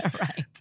Right